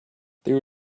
there